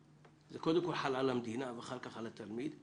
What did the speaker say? זה קודם כל חל על המדינה ואחר כך על התלמיד,